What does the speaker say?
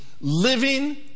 living